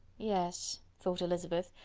yes, thought elizabeth,